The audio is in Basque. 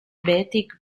behetik